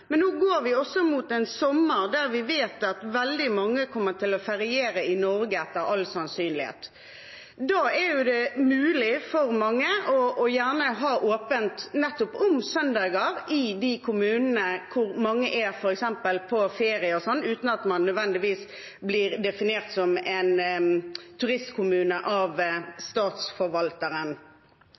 Nå går vi også mot en sommer der vi vet at veldig mange etter all sannsynlighet kommer til å feriere i Norge. Da er det gjerne mulig for mange å ha åpent nettopp på søndager i de kommunene hvor mange er på ferie og sånt, uten at kommunen nødvendigvis blir definert som en turistkommune av Statsforvalteren.